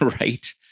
right